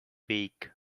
week